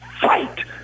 fight